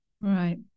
Right